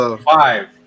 Five